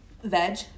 veg